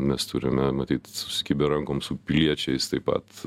mes turime matyt susikibę rankom su piliečiais taip pat